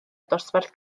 dosbarth